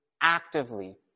actively